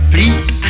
Please